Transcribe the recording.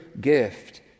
gift